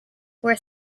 were